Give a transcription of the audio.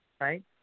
right